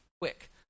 quick